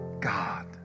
God